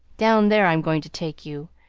down there i'm going to take you.